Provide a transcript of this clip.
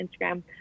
Instagram